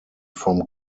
from